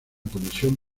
comisión